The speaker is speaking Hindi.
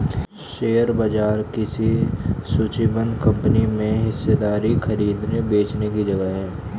शेयर बाजार किसी सूचीबद्ध कंपनी में हिस्सेदारी खरीदने बेचने की जगह है